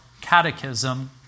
catechism